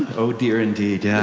oh dear indeed, yeah.